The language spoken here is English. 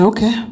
Okay